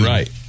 Right